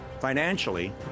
financially